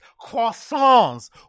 croissants